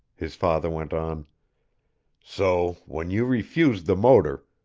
his father went on so when you refused the motor,